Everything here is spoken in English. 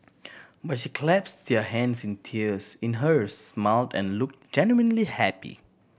but she clasped their hands in tears in hers smiled and looked genuinely happy